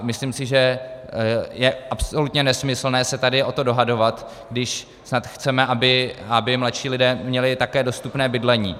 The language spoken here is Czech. Myslím si, že je absolutně nesmyslné se tady o to dohadovat, když snad chceme, aby také mladší lidé měli dostupné bydlení.